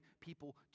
people